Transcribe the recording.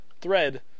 thread